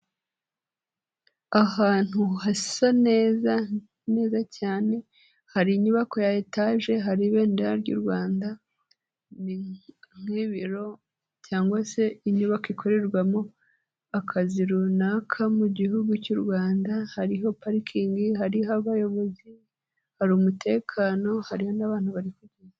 Ahantu hasa neza neza cyane, hari inyubako ya etaje, hari ibendera ry'u Rwanda, ni nk'ibiro cyangwa se inyubako ikorerwamo akazi runaka mu gihugu cy'u Rwanda, hariho parikingi, hariho abayobozi, hari umutekano, hari n'abantu bari...